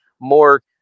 more